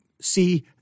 see